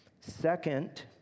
Second